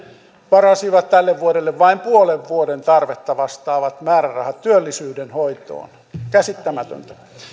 varasi tälle vuodelle vain puolen vuoden tarvetta vastaavat määrärahat työllisyyden hoitoon käsittämätöntä